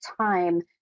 time